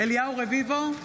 אליהו רביבו,